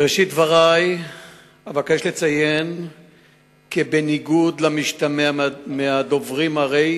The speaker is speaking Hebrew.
בראשית דברי אבקש לציין כי בניגוד למשתמע מדברי הדוברים,